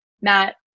matt